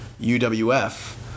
UWF